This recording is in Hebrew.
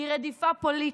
היא רדיפה פוליטית.